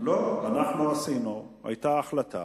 היתה החלטה,